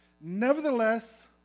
Nevertheless